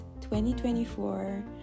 2024